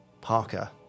Parker